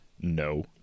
no